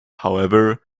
however